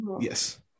yes